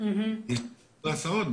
בהסעות,